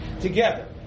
together